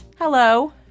Hello